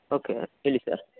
okay ಹೇಳಿ sir